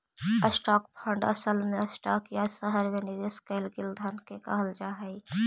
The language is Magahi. स्टॉक फंड असल में स्टॉक या शहर में निवेश कैल गेल धन के कहल जा हई